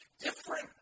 different